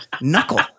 knuckle